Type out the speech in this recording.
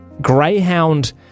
Greyhound